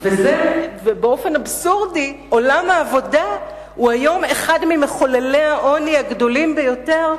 דבר אבסורדי: עולם העבודה הוא היום אחד ממחוללי העוני הגדולים ביותר,